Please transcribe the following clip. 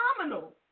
phenomenal